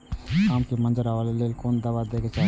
आम के मंजर आबे के लेल कोन दवा दे के चाही?